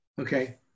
Okay